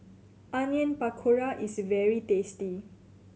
Onion Pakora is very tasty